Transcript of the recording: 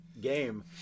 Game